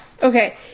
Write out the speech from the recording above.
Okay